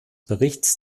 berichts